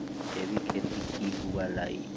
जैविक खेती की हुआ लाई?